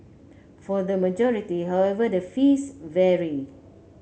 for the majority however the fees vary